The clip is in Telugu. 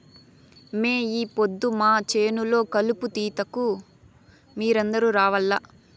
మే ఈ పొద్దు మా చేను లో కలుపు తీతకు మీరందరూ రావాల్లా